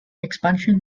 expansion